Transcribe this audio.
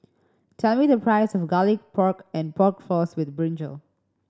tell me the price of Garlic Pork and Pork Floss with brinjal